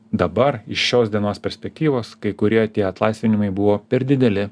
dabar iš šios dienos perspektyvos kai kurie tie atlaisvinimai buvo per dideli